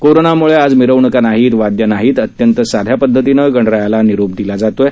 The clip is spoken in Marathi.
कोरोनामुळे आज मिरवण्का नाहीत वाद्य नाहीत अत्यंत साध्या पध्दतीनं गणरायांना निरोप दिला जात आहे